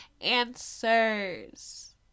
answers